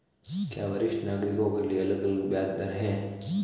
क्या वरिष्ठ नागरिकों के लिए अलग ब्याज दर है?